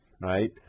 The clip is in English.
right